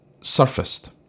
surfaced